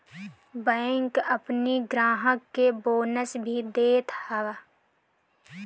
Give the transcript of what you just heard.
bank अपनी ग्राहक के बोनस भी देत हअ